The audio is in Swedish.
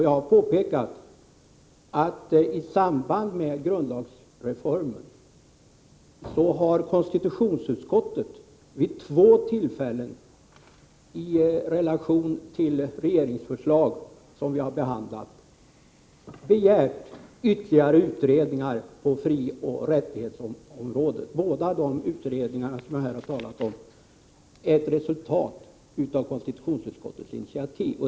Jag har påpekat att konstitutionsutskottet i samband med grundlagsreformen vid två tillfällen när vi behandlat regeringsförslag har begärt ytterligare utredningar på frioch rättighetsområdet. Båda de utredningar jag har talat om är resultat av initiativ från konstitutionsutskottet.